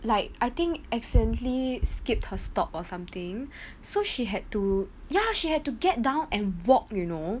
like I think accidentally skipped her stop or something so she had to ya she had to get down and walk you know